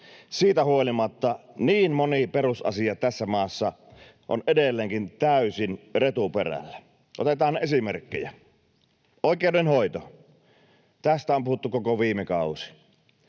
Siitä huolimatta niin moni perusasia tässä maassa on edelleenkin täysin retuperällä. Otetaan esimerkkejä: Oikeudenhoito — tästä on puhuttu koko viime kausi.